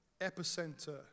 epicenter